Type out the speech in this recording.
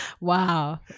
Wow